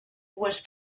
was